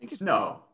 no